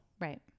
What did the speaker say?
Right